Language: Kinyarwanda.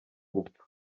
gupfa